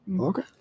Okay